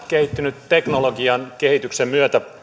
kehittynyt teknologian kehityksen myötä